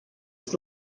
his